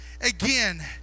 again